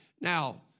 Now